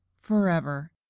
forever